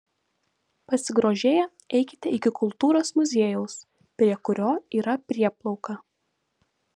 pasigrožėję eikite iki kultūros muziejaus prie kurio yra prieplauka